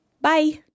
Bye